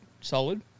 solid